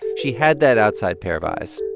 she had that outside pair of eyes.